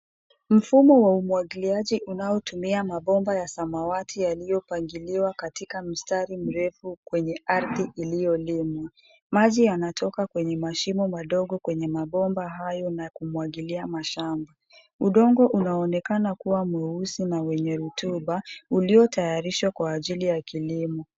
Mfumo wa umwagiliaji unaotumia mabomba ya samawati yaliyopangiliwa katika mstari mrefu kwenye ardhi iliyolimwa. Maji yanatoka kwenye mashimo madogo kwenye mabomba hayo na kumwagilia mashamba. Udongo unaonekana kuwa mweusi na wenye rutuba, uliotayarishwa kwa ajili ya kilimo.